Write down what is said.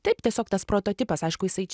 taip tiesiog tas prototipas aišku jisai